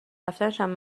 رفتنشم